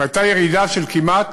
הייתה ירידה של כמעט